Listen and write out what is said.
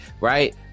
right